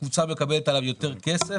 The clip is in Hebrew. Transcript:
הקבוצה מקבלת עליו יותר כסף.